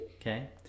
Okay